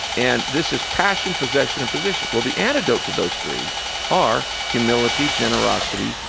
and this is passion, possession, and position. well, the antidote to those three are humility, generosity,